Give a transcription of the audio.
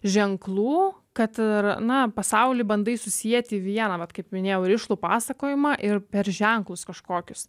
ženklų kad ir na pasaulį bandai susieti į vieną vat kaip minėjau rišlų pasakojimą ir per ženklus kažkokius